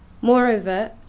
Moreover